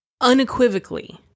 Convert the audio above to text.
unequivocally